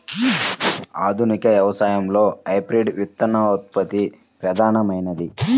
ఆధునిక వ్యవసాయంలో హైబ్రిడ్ విత్తనోత్పత్తి ప్రధానమైనది